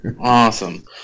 Awesome